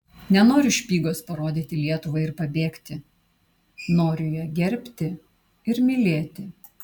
nenoriu špygos parodyti lietuvai ir pabėgti noriu ją gerbti ir mylėti